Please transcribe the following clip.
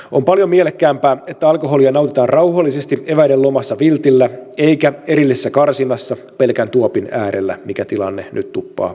on paljon mielekkäämpää että alkoholia nautitaan rauhallisesti eväiden lomassa viltillä eikä erillisessä karsinassa pelkän tuopin äärellä mikä tilanne nyt tuppaa olemaan